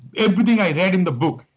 everything i read in the book.